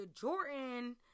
Jordan